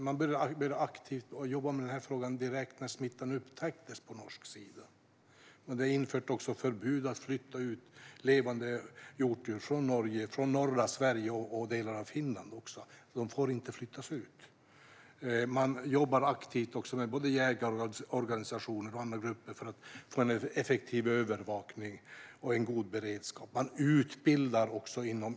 Man började jobba aktivt med denna fråga direkt när smittan upptäcktes på norsk sida. Det har införts förbud mot att flytta ut levande hjortdjur från Norge, norra Sverige och delar av Finland. De får inte flyttas ut. Man jobbar aktivt med både jägarorganisationer och andra grupper för att få en effektiv övervakning och en god beredskap. Man utbildar också.